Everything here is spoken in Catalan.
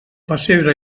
pessebre